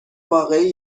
واقعی